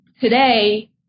today